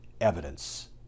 evidence